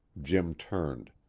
jim turned.